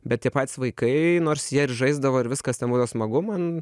bet tie patys vaikai nors jie ir žaisdavo ir viskas ten būdavo smagu man